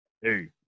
hey